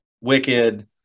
wicked